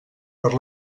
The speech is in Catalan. per